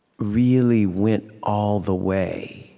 really went all the way